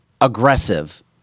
aggressive